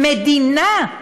מדינה,